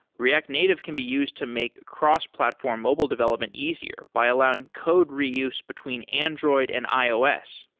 react native can be used to make cross-platform mobile development easier by allowing code reuse between android and ios.